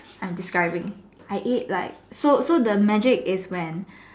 I'm describing I eat like so so the magic is when